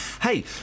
Hey